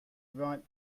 ripe